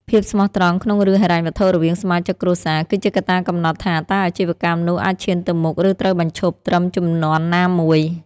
ភាពស្មោះត្រង់ក្នុងរឿងហិរញ្ញវត្ថុរវាងសមាជិកគ្រួសារ គឺជាកត្តាកំណត់ថាតើអាជីវកម្មនោះអាចឈានទៅមុខ ឬត្រូវបញ្ឈប់ត្រឹមជំនាន់ណាមួយ។